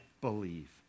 believe